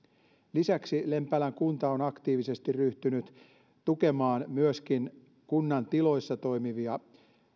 lisäksi lempäälän kunta on aktiivisesti ryhtynyt tukemaan kunnan tiloissa toimivia